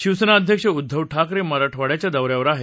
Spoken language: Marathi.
शिवसेना अध्यक्ष उद्दव ठाकरे मराठवाङ्याघ्या दौऱ्यावर आहेत